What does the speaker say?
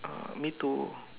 uh me too